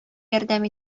ярдәм